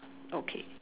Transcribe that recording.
okay